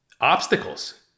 obstacles